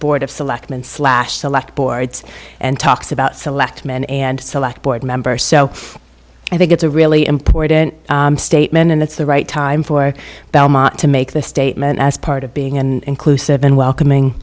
board of selectmen slash select boards and talks about select men and select a board member so i think it's a really important statement and it's the right time for belmont to make the statement as part of being and inclusive and welcoming